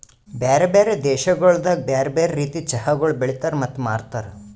ಬ್ಯಾರೆ ಬ್ಯಾರೆ ದೇಶಗೊಳ್ದಾಗ್ ಬ್ಯಾರೆ ಬ್ಯಾರೆ ರೀತಿದ್ ಚಹಾಗೊಳ್ ಬೆಳಿತಾರ್ ಮತ್ತ ಮಾರ್ತಾರ್